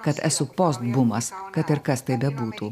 kad esu postbumas kad ir kas tai bebūtų